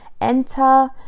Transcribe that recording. enter